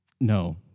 No